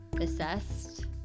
assessed